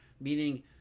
meaning